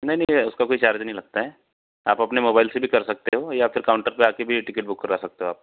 नहीं नहीं उसका कोई चार्ज नहीं लगता है आप अपने मोबाइल से भी कर सकते हो या फिर काउन्टर पर आ कर भी ये टिकेट बुक करवा सकते हो आप